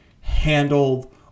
handled